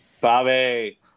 Bobby